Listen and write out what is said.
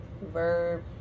verb